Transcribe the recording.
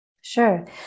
Sure